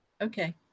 Okay